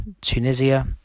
Tunisia